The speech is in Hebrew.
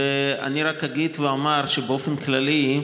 אני רק אגיד ואומר שבאופן כללי,